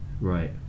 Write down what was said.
right